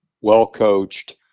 well-coached